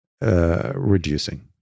reducing